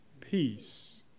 Peace